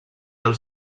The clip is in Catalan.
els